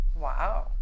Wow